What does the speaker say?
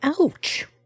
Ouch